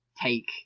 take